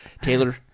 Taylor